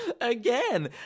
again